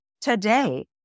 today